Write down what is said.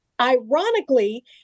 ironically